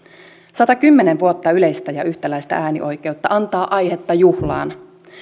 arvoa satakymmentä vuotta yleistä ja yhtäläistä äänioikeutta antaa aihetta juhlaan